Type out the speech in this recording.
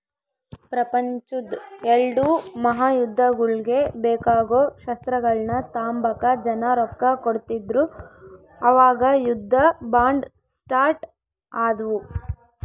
ಪ್ರಪಂಚುದ್ ಎಲ್ಡೂ ಮಹಾಯುದ್ದಗುಳ್ಗೆ ಬೇಕಾಗೋ ಶಸ್ತ್ರಗಳ್ನ ತಾಂಬಕ ಜನ ರೊಕ್ಕ ಕೊಡ್ತಿದ್ರು ಅವಾಗ ಯುದ್ಧ ಬಾಂಡ್ ಸ್ಟಾರ್ಟ್ ಆದ್ವು